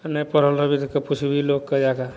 नहि पढ़ल रहबही तब पुछबही लोकके जाकऽ